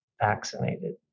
vaccinated